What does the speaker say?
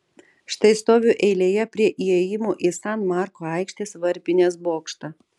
štai stoviu eilėje prie įėjimo į san marko aikštės varpinės bokštą